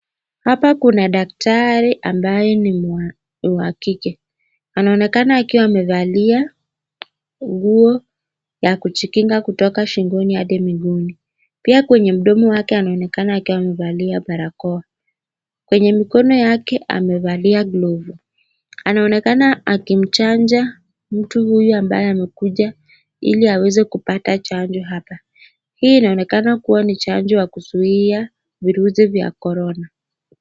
Hapa kuna dakatari ambaye ni wa kike anaonekana akiwa amevalia nguo ya kujikinga kutoka shingoni hadi miguuni pia kwenye mdomo wake anaonekana akiwa amevalia barakoa kwenye mkono yake amevalia glovu, anaonekana akimchanja mtu huyu amabye amekuja ili aweze kupata chanjo hapa, hii inaonekana kuwa ni chanjo ya kuzuia virusi vya corona.